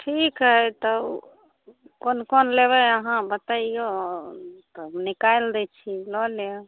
ठीक हइ तऽ कोन कोन लेबै अहाँ बतैइऔ तब निकालि दै छी लऽ लेब